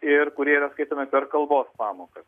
ir kurie yra skaitomi per kalbos pamokas